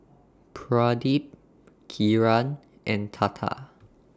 Pradip Kiran and Tata